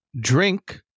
drink